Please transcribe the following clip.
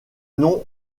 nom